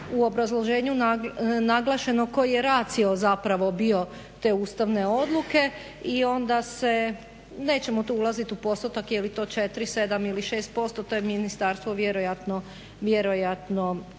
u obrazloženju naglašeno koji je ratio zapravo bio te ustavne odluke i onda nećemo tu ulazit u postotak je li to 4, 7 ili 6%, to je ministarstvo vjerojatno dobro